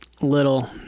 little